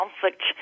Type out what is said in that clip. conflict